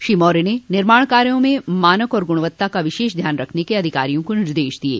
श्री मौर्य ने निर्माण कार्यो में मानक और गुणवत्ता का विशेष ध्यान रखने के अधिकारियों को निर्देश दिये